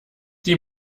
die